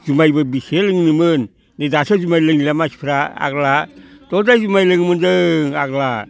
जुमायबो बेसे लोंनोमोन नै दासो जुमाय लोंग्रा मानसिफ्रा आगोलो हदाय जुमाय लोङोमोन जों आगोलो